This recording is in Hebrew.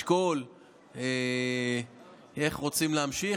לשקול איך רוצים להמשיך.